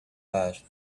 passed